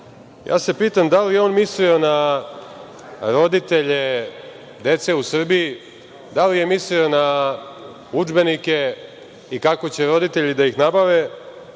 se da li je on mislio na roditelje dece u Srbiji, da li je mislio na udžbenike i kako će roditelji da ih nabave,